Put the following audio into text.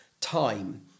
time